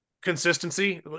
consistency